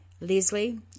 Leslie